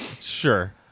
Sure